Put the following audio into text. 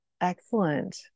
excellent